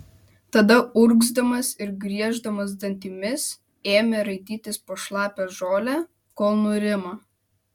tada urgzdamas ir grieždamas dantimis ėmė raitytis po šlapią žolę kol nurimo